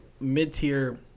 mid-tier